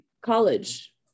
college